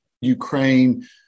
Ukraine